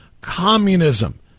communism